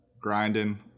grinding